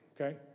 okay